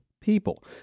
people